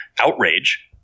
outrage